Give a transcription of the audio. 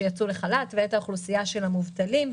מי שיצאו לחל"ת ואת אוכלוסיית המובטלים,